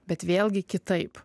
bet vėlgi kitaip